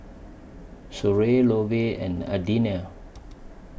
Soren Lovey and Adelinia